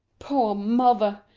poor mother!